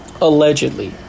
Allegedly